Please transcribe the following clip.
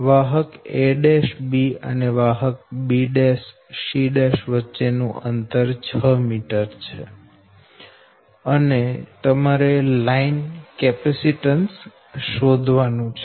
વાહક a'b' અને વાહક b'c' વચ્ચે નું અંતર 6 મીટર છે અને તમારે લાઇન કેપેસીટન્સ શોધવાનું છે